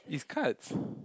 it's cards